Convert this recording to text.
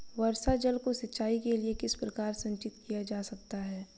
वर्षा जल को सिंचाई के लिए किस प्रकार संचित किया जा सकता है?